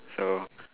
so